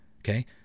Okay